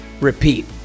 repeat